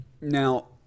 Now